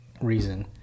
reason